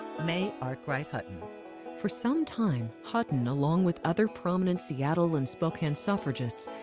may arkwright hutton for some time, hutton, along with other prominent seattle and spokane suffragists,